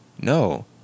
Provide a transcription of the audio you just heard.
No